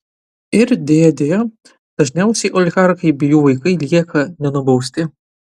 ir deja deja dažniausiai oligarchai bei jų vaikai lieka nenubausti